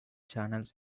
channels